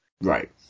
Right